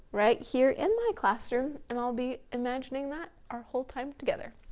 right here in my classroom. and i'll be imagining that our whole time together.